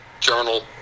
Journal